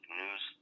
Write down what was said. news